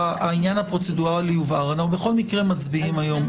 אנחנו בכל מקרה מצביעים היום.